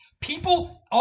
People